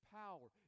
power